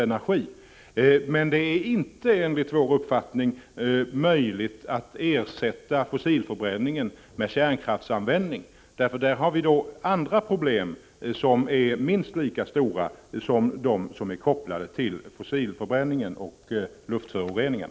Enligt vår uppfattning är det emellertid inte möjligt att ersätta fossilförbränningen med kärnkraft. I fråga om kärnkraften har vi andra problem som är minst lika stora som de som är kopplade till fossilförbränningen och luftföroreningen.